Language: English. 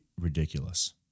ridiculous